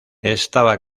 estaba